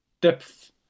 depth